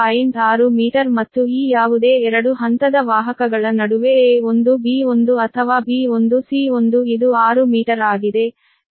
6 metre ಮತ್ತು ಈ ಯಾವುದೇ 2 ಹಂತದ ವಾಹಕಗಳ ನಡುವೆ a1b1 ಅಥವಾ b1c1 ಇದು 6 ಮೀಟರ್ ಆಗಿದೆ ಈ ವಿಷಯಗಳನ್ನು ನೀಡಲಾಗಿದೆ